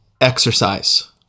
exercise